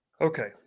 okay